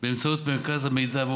באמצעות מרכז המידע.